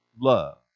love